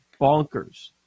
Bonkers